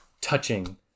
touching